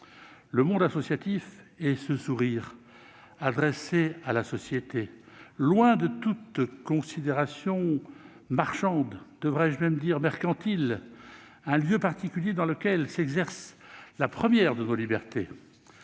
Le monde associatif est ce sourire adressé à la société, loin de toutes considérations mercantiles, un lieu particulier dans lequel s'exerce la première de nos libertés